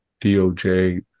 DOJ